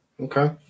Okay